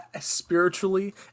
spiritually